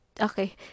okay